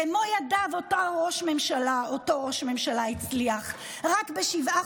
במו ידיו אותו ראש ממשלה הצליח רק בשבעה